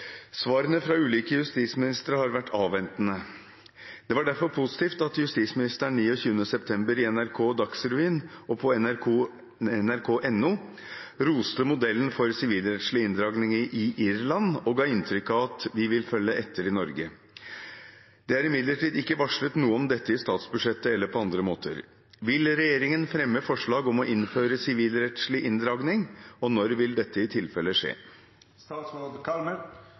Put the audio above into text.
Svarene fra ulike justisministere har vært avventende. Det var derfor positivt at justisministeren 29. september i NRK Dagsrevyen og på nrk.no roste modellen for sivilrettslig inndragning i Irland og ga inntrykk av at vi vil følge etter i Norge. Det er imidlertid ikke varslet noe om dette i statsbudsjettet eller på andre måter. Vil regjeringen fremme forslag om å innføre sivilrettslig inndragning, og når vil dette i tilfelle skje?»